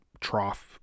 trough